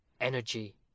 energy